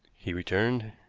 he returned.